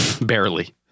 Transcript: Barely